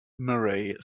murray